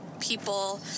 people